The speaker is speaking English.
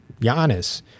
Giannis